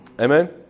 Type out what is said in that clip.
Amen